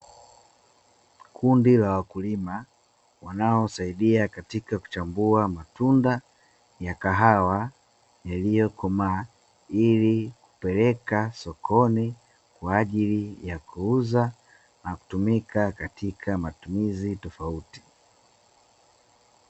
Kundi la wakulima wanaosaidi katika kuchambua matunda ya kahawa yaliyo komaa ili kupeleka sokoni kwaajili ya kuuza na kutumika katika matumizi tofauti